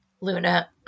luna